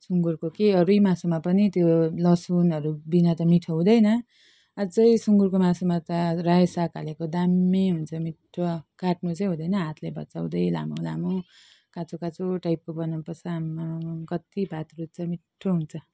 सुँगुरको के अरू मासुमा पनि त्यो लसुनहरू बिना त मिठो हुँदैन अझै सुँगुरको मासुमा त रायो साग हालेको दामी हुन्छ मिठो काट्नु चाहिँ हुँदैन हातले भचाउँदै लामो लामो काँचो काँचो टाइपको बनाउनु पर्छ आम्माम कत्ति भात रुच्छ मिठो हुन्छ